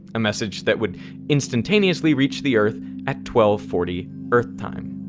a message that would instantaneously reach the earth at twelve forty earth time.